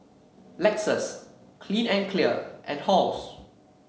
Lexus Clean and Clear and Halls